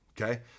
okay